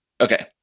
Okay